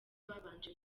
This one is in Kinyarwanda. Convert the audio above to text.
babanje